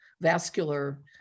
vascular